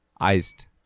iced